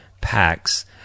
packs